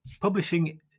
publishing